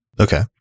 Okay